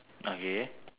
okay